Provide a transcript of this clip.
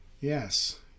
Yes